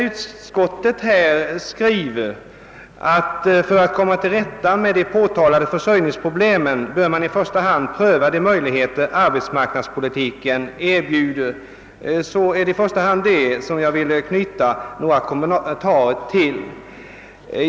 Utskottet skriver: »För att komma till rätta med de på talade: försörjningsproblemen bör man i förstå hand pröva de möjligheter arbetsmarknadspolitiken erbjuder.» Det är i första hand detta uttalande jag vill knyta några reflexioner till.